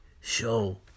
show